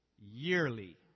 yearly